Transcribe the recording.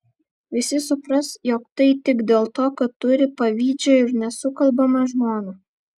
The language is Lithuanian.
visi supras jog tai tik dėl to kad turi pavydžią ir nesukalbamą žmoną